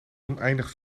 oneindig